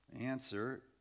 Answer